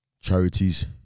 charities